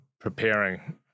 preparing